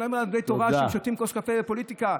על בני תורה כשהם שותים כוס קפה בפוליטיקה,